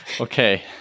Okay